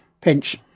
pinch